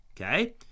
okay